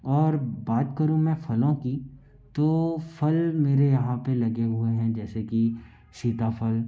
और बात करूँ मैं फलों की तो फल मेरे यहाँ पर लगे हुए जैसे कि सिता फल